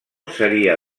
seria